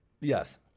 Yes